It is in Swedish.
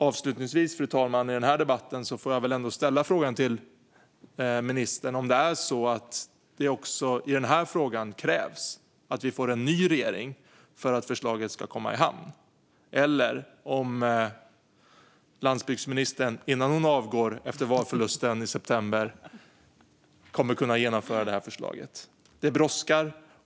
Avslutningsvis, fru talman, får jag väl i den här debatten ändå ställa frågan till ministern om det också i den här frågan krävs att vi får en ny regering för att förslaget ska komma i hamn, eller om landsbygdsministern innan hon avgår efter valförlusten i september kommer att kunna genomföra detta förslag.